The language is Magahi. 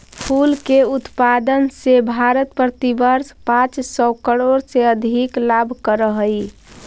फूल के उत्पादन से भारत प्रतिवर्ष पाँच सौ करोड़ से अधिक लाभ करअ हई